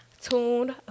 tuned